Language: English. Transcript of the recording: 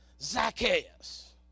Zacchaeus